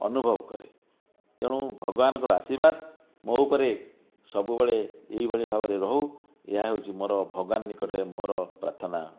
ଅନୁଭବ କରେ ତେଣୁ ଭଗବାନଙ୍କର ଆଶୀର୍ବାଦ ମୋ ଉପରେ ସବୁବେଳେ ଏହିଭଳି ଭାବରେ ରହୁ ଏହା ହେଉଛି ମୋର ଭଗଵାନଙ୍କ ନିକଟରେ ମୋର ପ୍ରାର୍ଥନା ଅଟେ